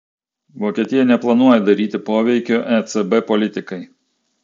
vokietija neplanuoja daryti poveikio ecb politikai